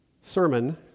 sermon